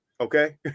Okay